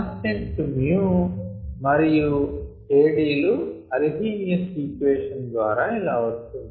constant మరియు kdలు Arrhenius equation ద్వారా ఇలా వస్తుంది